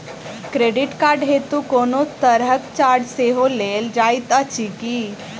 Credit card हेतु कोनो तरहक चार्ज सेहो लेल जाइत अछि की?